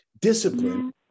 discipline